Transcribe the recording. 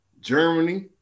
Germany